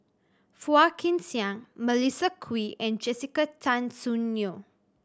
Phua Kin Siang Melissa Kwee and Jessica Tan Soon Neo